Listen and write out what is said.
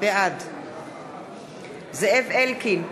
בעד זאב אלקין,